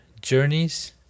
journeys